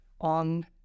on